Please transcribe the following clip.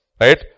right